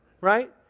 Right